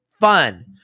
fun